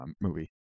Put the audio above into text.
movie